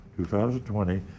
2020